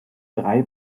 drei